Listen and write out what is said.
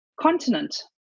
continent